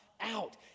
out